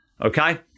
okay